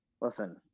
listen